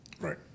Right